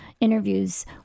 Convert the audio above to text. interviews